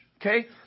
okay